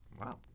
Wow